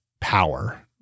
power